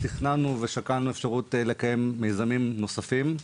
תכננו ושקלנו אפשרות לקיים מיזמים נוספים,